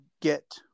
get